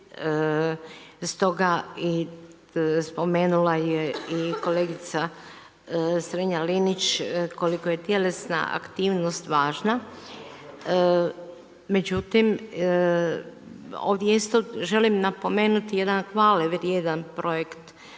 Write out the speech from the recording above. stoga spomenula je i kolegica Strenja-Linić koliko je tjelesna aktivnost važna, međutim ovdje isto želim napomenuti jedan hvale vrijedan projekt.